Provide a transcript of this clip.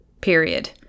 period